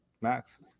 max